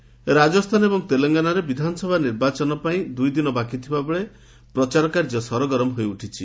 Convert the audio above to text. campaigning Rajasthan ଏବଂ ତେଲେଙ୍ଗାନାରେ ବିଧାନସଭା ନିର୍ବାଚନ ପାଇଁ ଦୁଇଦିନ ବାକି ଥିବା ବେଳେ ପ୍ରଚାର କାର୍ଯ୍ୟ ସରଗରମ ହୋଇଉଠିଛି